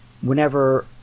whenever